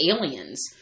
aliens